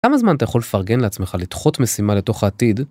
כמה זמן אתה יכול לפרגן לעצמך לדחות משימה לתוך העתיד.